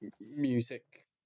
music